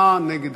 נגד.